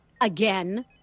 Again